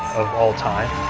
of all time.